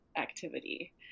activity